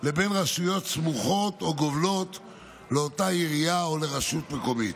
לבין רשויות סמוכות או גובלות עם אותה עירייה או רשות מקומית.